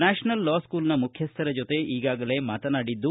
national law ಸೂಲ್ನ ಮುಖ್ಯಸ್ತರ ಜೊತೆ ಈಗಾಗಲೇ ಮಾತಾನಾಡಿದ್ದು